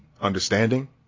understanding